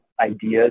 ideas